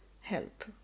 help